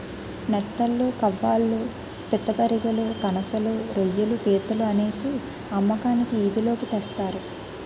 నెత్తళ్లు కవాళ్ళు పిత్తపరిగెలు కనసలు రోయ్యిలు పీతలు అనేసి అమ్మకానికి ఈది లోకి తెస్తారు